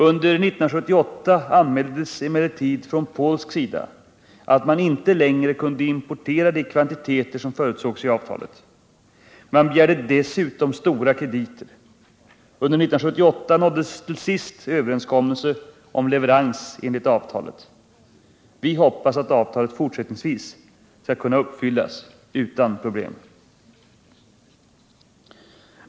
Under 1978 anmäldes emellertid från polsk sida, att man inte längre kunde importera de kvantiteter som förutsågs i avtalet. Man begärde dessutom stora krediter. Under 1978 nåddes till sist överenskommelse om leverans enligt avtalet. Vi hoppas att avtalet fortsättningsvis skall kunna uppfyllas utan problem.